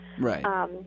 Right